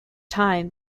time